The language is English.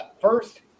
First